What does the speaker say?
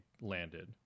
landed